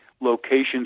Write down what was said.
locations